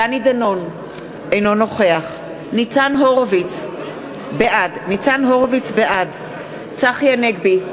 דני דנון, אינו נוכח ניצן הורוביץ, בעד צחי הנגבי,